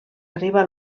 arriba